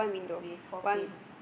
with four planes